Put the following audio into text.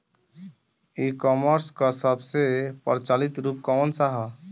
ई कॉमर्स क सबसे प्रचलित रूप कवन सा ह?